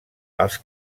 els